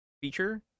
feature